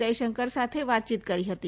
જયશંકર સાથે વાતચીત કરી હતી